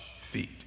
Feet